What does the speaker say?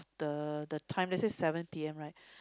the the time let's say seven P_M right